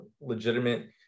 legitimate